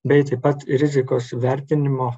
bei taip pat rizikos vertinimo